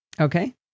Okay